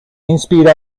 inspira